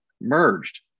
merged